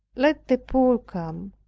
let the poor come,